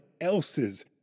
else's